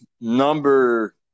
number